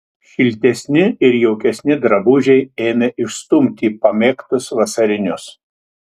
šiltesni ir jaukesni drabužiai ėmė išstumti pamėgtus vasarinius